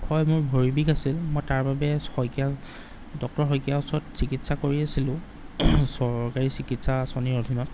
হয় মোৰ ভৰি বিষ আছিল মই তাৰবাবে শইকীয়া ডক্টৰ শইকীয়াৰ ওচৰত চিকিৎসা কৰি আছিলোঁ চৰকাৰী চিকিৎসা আঁচনিৰ অধীনত